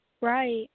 Right